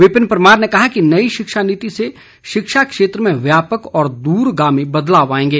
विपिन परमार ने कहा कि नई शिक्षा नीति से शिक्षा क्षेत्र में व्यापक व दूर्गामी बदलाव आएंगे